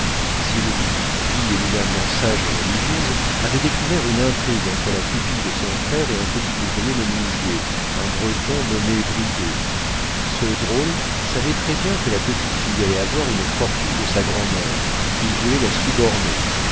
sylvie fille éminemment sage et religieuse avait découvert une intrigue entre la pupille de son frère et un petit ouvrier menuisier un breton nommé brigaut ce drôle savait très bien que la petite fille allait avoir une fortune de sa grand'mère il voulait la